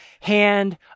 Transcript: hand